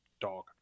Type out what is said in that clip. dog